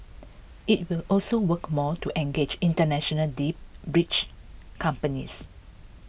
IT will also work more to engage International deep breach companies